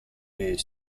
élevée